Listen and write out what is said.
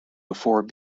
before